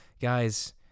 guys